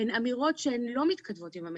הן אמירות שהן לא מתכתבות עם המציאות.